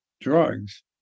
drugs